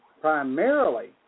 primarily